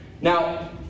Now